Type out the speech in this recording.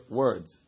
words